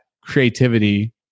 creativity